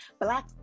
black